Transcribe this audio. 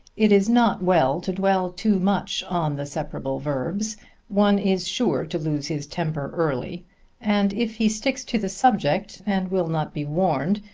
it is not well to dwell too much on the separable verbs one is sure to lose his temper early and if he sticks to the subject, and will not be warned,